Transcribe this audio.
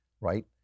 right